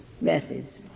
methods